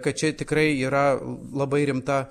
kad čia tikrai yra labai rimta